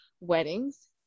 weddings